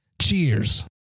Cheers